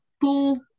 cool